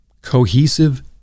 Cohesive